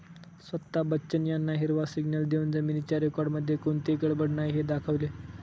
स्वता बच्चन यांना हिरवा सिग्नल देऊन जमिनीच्या रेकॉर्डमध्ये कोणतीही गडबड नाही हे दाखवले